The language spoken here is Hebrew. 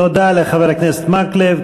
תודה לחבר הכנסת מקלב.